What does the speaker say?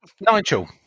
Nigel